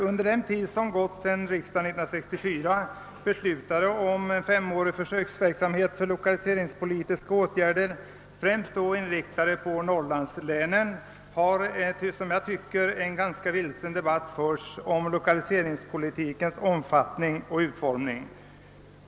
Under den tid som gått sedan riksdagen 1964 beslutade om en femårig försöksverksamhet för lokaliseringspolitiska åtgärder, främst då inriktade på norrlandslänen, har en ganska vilsen debatt förts om lokaliseringspolitikens omfattning och utformning.